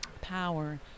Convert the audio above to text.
power